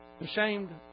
Ashamed